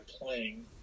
playing